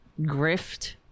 grift